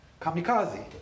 Kamikaze